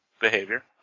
behavior